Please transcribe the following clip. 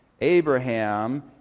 Abraham